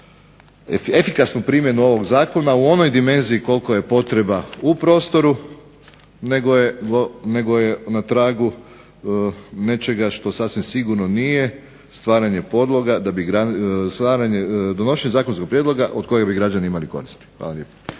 efikasnu primjenu ovog zakona u onoj dimenziji koliko je potreba u prostoru nego je na tragu nečega što sasvim sigurno nije stvaranje podloga da bi donošenje zakonskog prijedloga od kojeg bi građani imali koristi. Hvala lijepo.